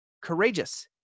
courageous